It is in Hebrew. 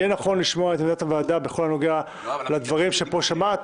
לשמוע את עמדת הוועדה בכל הנוגע לדברים שפה שמעת,